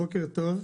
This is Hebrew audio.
בוקר טוב.